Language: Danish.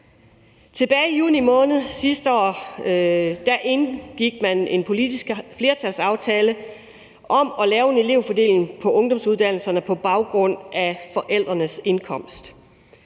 Tilbage i juni måned sidste år indgik man en politisk flertalsaftale om at lave en elevfordeling på ungdomsuddannelserne på baggrund af forældrenes indkomst.